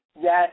Yes